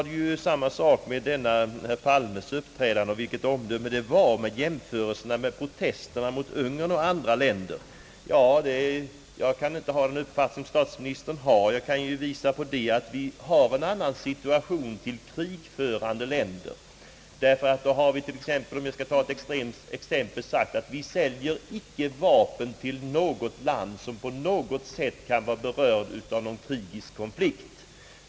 Det var samma sak med herr Palmes uppträdande, vilket omdöme det gav uttryck åt och jämförelserna med protesterna mot Ungern och andra länder. Jag kan inte dela statsministerns uppfattning. Jag kan peka på att vi har en annan hållning till krigförande länder. Om jag skall ta ett extremt exempel kan jag säga att vi inte säljer vapen till något land som på något sätt kan vara berört av någon krigisk konflikt.